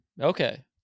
Okay